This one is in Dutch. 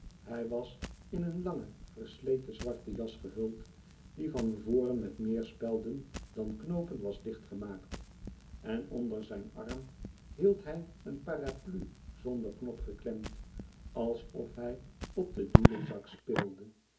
hij was in een lange versleten zwarte jas gehuld die van voren met meer spelden dan knoopen was dicht gemaakt en onder zijn arm hield hij een paraplu zonder knop geklemd alsof hij op den doedelzak speelde